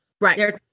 Right